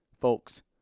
folks